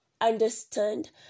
Understand